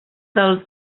del